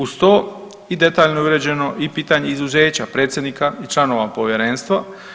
Uz to, i detaljno je uređeno i pitanje izuzeća predsjednika i članova Povjerenstva.